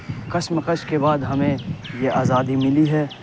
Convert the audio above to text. کشمکش کے بعد ہمیں یہ آزادی ملی ہے